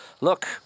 look